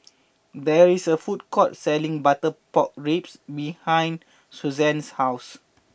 there is a food court selling Butter pork Ribs behind Susann's house